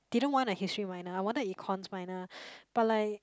didn't want a history minor I wanted an econs minor but like